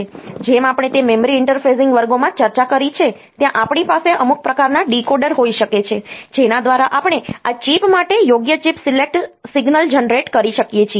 તેથી જેમ આપણે તે મેમરી ઇન્ટરફેસિંગ વર્ગોમાં ચર્ચા કરી છે ત્યાં આપણી પાસે અમુક પ્રકારના ડીકોડર હોઈ શકે છે જેના દ્વારા આપણે આ ચિપ માટે યોગ્ય ચિપ સિલેક્ટ સિગ્નલ જનરેટ કરી શકીએ છીએ